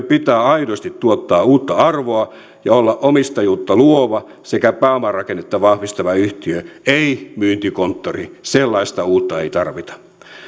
pitää aidosti tuottaa uutta arvoa ja olla omistajuutta luova sekä pääomarakennetta vahvistava yhtiö ei myyntikonttori sellaista uutta ei tarvita